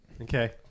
Okay